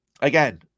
Again